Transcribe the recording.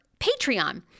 Patreon